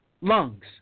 lungs